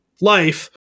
life